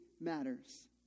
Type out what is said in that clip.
matters